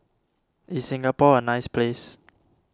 is Singapore a nice place